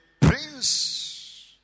prince